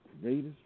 Greatest